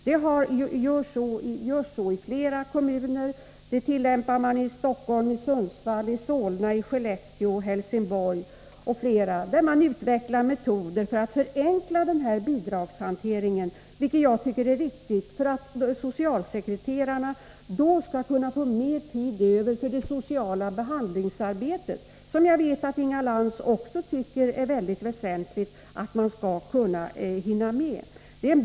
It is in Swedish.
Så görs i flera kommuner — i Stockholm, Sundsvall, Solna, Skellefteå, Helsingborg m.fl. På så sätt skulle socialsekreterarna kunna få mer tid över för det sociala behandlingsarbetet, som jag vet att Inga Lantz också tycker är väsentligt att hinna med.